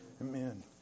amen